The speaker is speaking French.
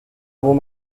avons